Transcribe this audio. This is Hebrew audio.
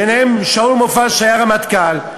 ביניהם שאול מופז, שהיה רמטכ"ל.